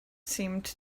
seemed